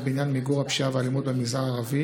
בעניין מיגור הפשיעה והאלימות במגזר הערבי